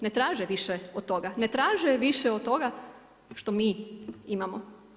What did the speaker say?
Ne traže više od toga, ne traže više od toga što mi imamo.